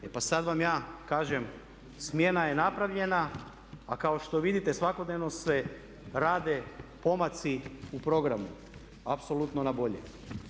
E pa sada vam ja kažem smjena je napravljena a kao što vidite svakodnevno se rade pomaci u programu, apsolutno na bolje.